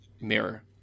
mirror